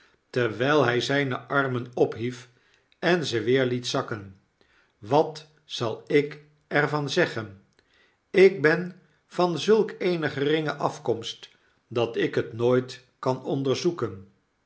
terwijl hij zijne armen ophief en ze weer liet zakken wat zal ik er van zeggen ik ben van zulk eene geringe afkomst dat ik het nooit kan onderzoeken